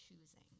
choosing